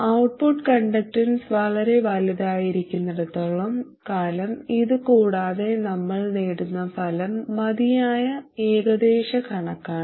output conductance വളരെ വലുതായിരിക്കുന്നിടത്തോളം കാലം ഇത് കൂടാതെ നമ്മൾ നേടുന്ന ഫലം മതിയായ ഏകദേശക്കണക്കാണ്